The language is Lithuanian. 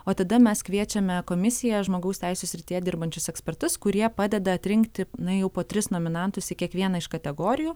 o tada mes kviečiame komisiją žmogaus teisių srityje dirbančius ekspertus kurie padeda atrinkti na jau po tris nominantus į kiekvieną iš kategorijų